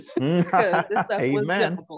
Amen